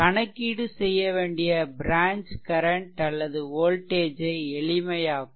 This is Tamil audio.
கணக்கீடு செய்யவேண்டிய ப்ரான்ச் கரன்ட் அல்லது வோல்டேஜ் ஐ எளிமையாக்கும்